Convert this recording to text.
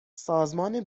سازمان